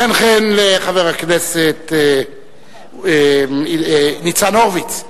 חן-חן לחבר הכנסת ניצן הורוביץ.